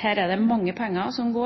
her er det snakk om mange penger, som